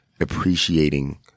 appreciating